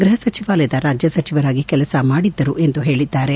ಗೃಪ ಸಚಿವಾಲಯದ ರಾಜ್ಯ ಸಚಿವರಾಗಿ ಕೆಲಸ ಮಾಡಿದ್ದರು ಎಂದು ಹೇಳಿದ್ದಾರೆ